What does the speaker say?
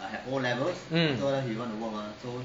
mm